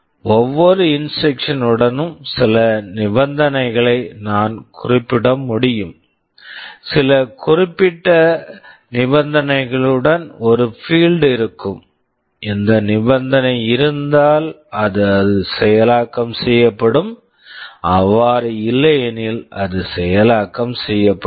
ஒவ்வொரு instruction instruction உடனும் சில நிபந்தனைகளை நான் குறிப்பிட முடியும் சில குறிப்பிடப்பட்ட நிபந்தனைகளுடன் ஒரு பீல்ட் field இருக்கும் இந்த நிபந்தனை இருந்தால் அது செயலாக்கம் செய்யப்படும் அவ்வாறு இல்லையெனில் அது செயலாக்கம் செய்யப்படாது